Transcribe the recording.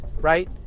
right